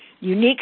unique